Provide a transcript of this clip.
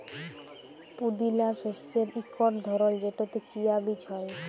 পুদিলা শস্যের ইকট ধরল যেটতে চিয়া বীজ হ্যয়